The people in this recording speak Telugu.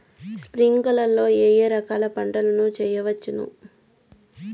స్ప్రింక్లర్లు లో ఏ ఏ రకాల పంటల ను చేయవచ్చును?